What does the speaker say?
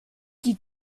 die